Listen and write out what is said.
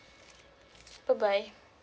bye bye